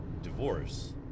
divorce